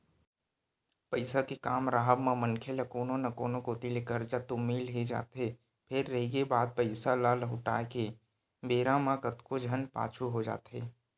पइसा के काम राहब म मनखे ल कोनो न कोती ले करजा तो मिल ही जाथे फेर रहिगे बात पइसा ल लहुटाय के बेरा म कतको झन पाछू हो जाथे